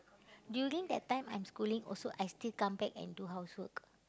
during that time I'm schooling also I still come back and do housework